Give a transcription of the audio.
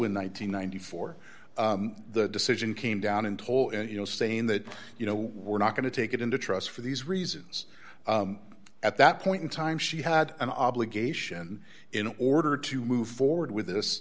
and ninety four the decision came down and told you know saying that you know we're not going to take it into trust for these reasons at that point in time she had an obligation in order to move forward with this